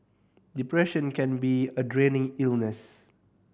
depression can be a draining illness